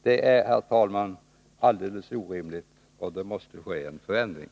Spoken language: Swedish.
Det är, herr talman, alldeles orimligt, och det måste ske en förändring.